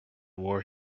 war